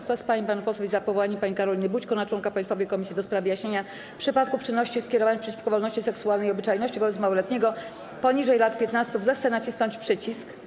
Kto z pań i panów posłów jest za powołaniem pani Karoliny Bućko na członka Państwowej Komisji do spraw wyjaśniania przypadków czynności skierowanych przeciwko wolności seksualnej i obyczajności wobec małoletniego poniżej lat 15, zechce nacisnąć przycisk.